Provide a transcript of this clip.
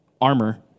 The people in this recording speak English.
armor